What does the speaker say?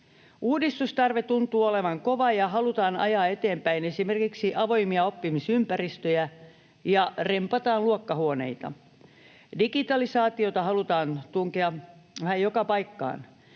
Uudistustarve tuntuu olevan kova, ja halutaan ajaa eteenpäin esimerkiksi avoimia oppimisympäristöjä ja rempataan luokkahuoneita. Digitalisaatiota halutaan tunkea vähän joka paikkaan.